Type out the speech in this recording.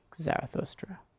Zarathustra